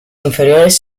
inferiores